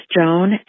Joan